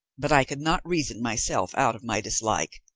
but i could not reason myself out of my dislike,